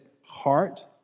heart